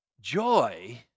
joy